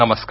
नमस्कार